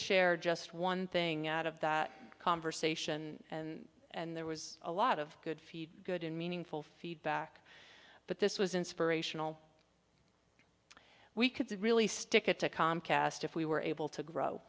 share just one thing out of that conversation and and there was a lot of good feed good and meaningful feedback but this was inspirational we could see really stick it to comcast if we were able to grow